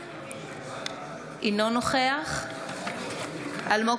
אינו נוכח אלמוג